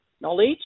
knowledge